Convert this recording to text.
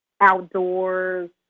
Outdoors